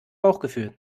bauchgefühl